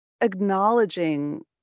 acknowledging